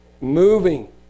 moving